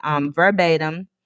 verbatim